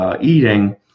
eating